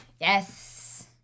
Yes